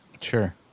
Sure